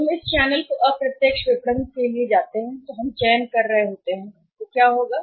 जब हम इस चैनल को अप्रत्यक्ष विपणन के लिए जाते हैं यदि हम चयन कर रहे हैं तो क्या होगा